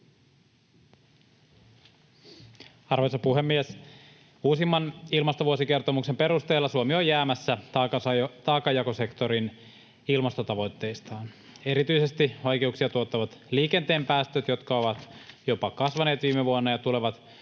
Arvoisa puhemies! Uusimman ilmastovuosikertomuksen perusteella Suomi on jäämässä taakanjakosektorin ilmastotavoitteistaan. Erityisesti vaikeuksia tuottavat liikenteen päästöt, jotka ovat jopa kasvaneet viime vuonna ja tulevat